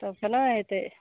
तब केना हेतय